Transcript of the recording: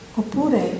oppure